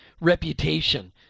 reputation